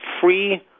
free